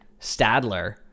stadler